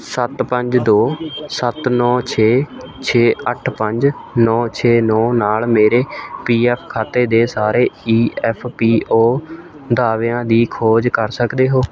ਸੱਤ ਪੰਜ ਦੋ ਸੱਤ ਨੌ ਛੇ ਛੇ ਅੱਠ ਪੰਜ ਨੌ ਛੇ ਨੌ ਨਾਲ ਮੇਰੇ ਪੀ ਐੱਫ ਖਾਤੇ ਦੇ ਸਾਰੇ ਈ ਐੱਫ ਪੀ ਓ ਦਾਅਵਿਆਂ ਦੀ ਖੋਜ ਕਰ ਸਕਦੇ ਹੋ